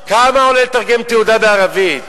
כמה עולה לתרגם תעודה בערבית?